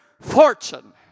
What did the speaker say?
fortune